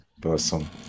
person